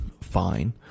fine